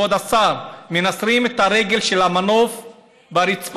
כבוד השר: מנסרים את הרגל של המנוף ברצפה,